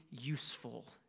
useful